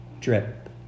drip